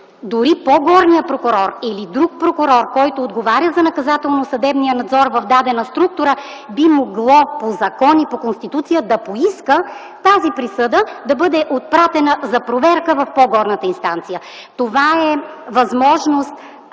По-горният прокурор или друг прокурор, който отговаря за наказателно съдебния надзор в дадена структура, би могъл по закон и по Конституция да поиска тази присъда да бъде отпратена за проверка в по-горна инстанция. Това е възможност